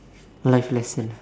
life lesson